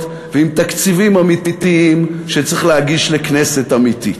ותקציבים אמיתיים שצריך להגיש לכנסת אמיתית.